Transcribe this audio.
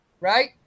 right